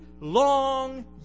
long